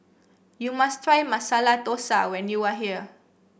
you must try Masala Dosa when you are here